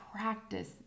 practice